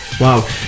Wow